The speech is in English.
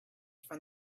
from